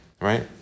Right